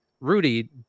Rudy